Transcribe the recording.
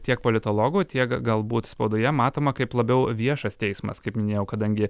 tiek politologų tiek galbūt spaudoje matoma kaip labiau viešas teismas kaip minėjau kadangi